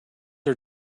are